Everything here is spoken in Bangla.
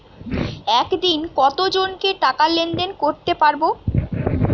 একদিন কত জনকে টাকা লেনদেন করতে পারবো?